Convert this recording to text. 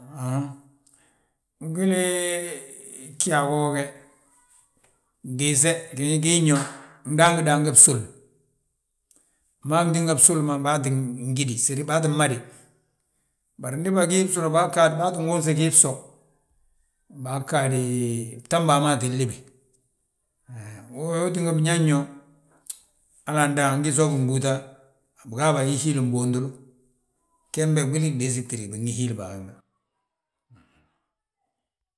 haŋ, gwili gjaa goo ge, gdiise giin yo, ndaangi daange bsul, bmaa tínga bsulu ma baa ttin gídi setadir, baa tti mmadi. Bari ndi bagí bsul baa ttin ŋuunŧi gii bso, baa ggaadi, btam baa maa tti libi. He wee tínga biñaŋn yo, hala andaŋ agi soog mbúuta bigaa baa hihiili mbutulu, gembe gwili gdiisi gtídi binhihiili baa bembe.